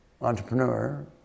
entrepreneur